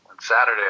Saturday